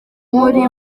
muri